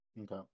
Okay